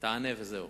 תעשה וזהו.